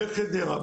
בחדרה,